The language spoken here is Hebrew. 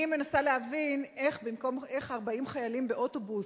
אני מנסה להבין איך 40 חיילים באוטובוס,